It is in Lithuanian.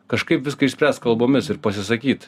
kažkaip viską išspręst kalbomis ir pasisakyt